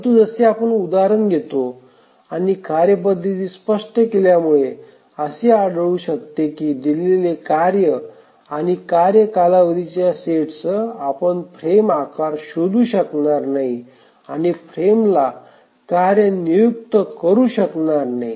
परंतु जसे आपण उदाहरणे घेतो आणि कार्यपद्धती स्पष्ट केल्यामुळे असे आढळू शकते की दिलेल्या कार्ये आणि कार्य कालावधीच्या सेटसह आपण फ्रेम आकार शोधू शकणार नाही आणि फ्रेमला कार्ये नियुक्त करू शकनार नाही